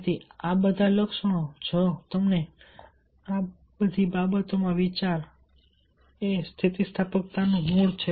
તેથી આ બધા લક્ષણો જો તમે આ બધી બાબતોમાં વિચારો આ સ્થિતિસ્થાપકતાના મૂળ છે